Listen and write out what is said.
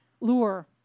lure